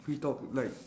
free talk like